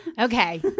Okay